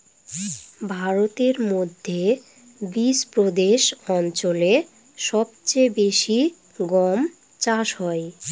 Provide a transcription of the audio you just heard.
ভারতের মধ্যে বিচপ্রদেশ অঞ্চলে সব চেয়ে বেশি গম চাষ হয়